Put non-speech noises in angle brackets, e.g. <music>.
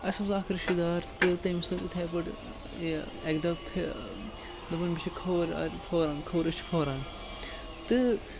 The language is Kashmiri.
اَسہِ اوس اَکھ رِشتہٕ دار تہٕ تٔمِس <unintelligible> یِتھَے پٲٹھۍ یہِ اَکہِ دۄہ دوٚپُن مےٚ چھِ کھووُر کھووُر پھوران کھووُر أچھ پھوران تہٕ